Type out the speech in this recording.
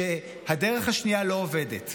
שהדרך השנייה לא עובדת.